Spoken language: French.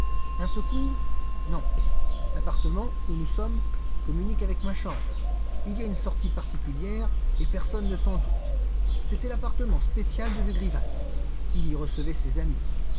un secours non l'appartement où nous sommes communique avec ma chambre il a une sortie particulière et personne ne s'en doute c'était l'appartement spécial de dugrival il y recevait ses amis